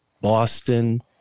Boston